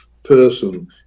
person